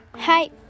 Hi